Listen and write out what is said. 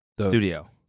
studio